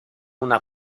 una